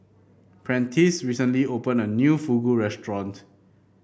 Prentiss recently opened a new Fugu Restaurant